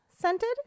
scented